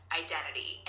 identity